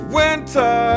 winter